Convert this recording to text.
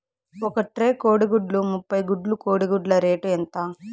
ఒక ట్రే కోడిగుడ్లు ముప్పై గుడ్లు కోడి గుడ్ల రేటు ఎంత?